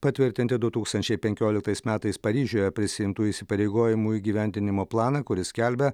patvirtinti du tūkstančiai penkioliktais metais paryžiuje prisiimtų įsipareigojimų įgyvendinimo planą kuris skelbia